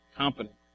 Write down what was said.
Competent